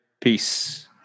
Peace